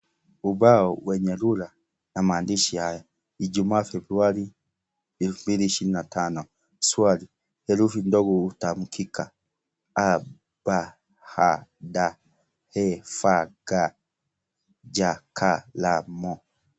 Ubao wenye rula na maandishi hayo, Ijumaa February 2025. Swali herufi ndogo hutamkika, a, b, h, d, e, f, g, j, k, l, m.